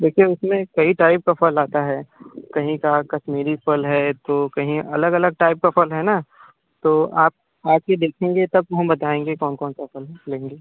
लेकिन इसमें कई टाइप का फल आता है कहीं का कश्मीरी फल है तो कहीं अलग अलग टाइप का फल है ना तो आप आकर देखें तब हमे बताएँगे कौन कौन सा फल है नहीं है